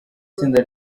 itsinda